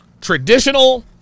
Traditional